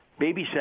babysat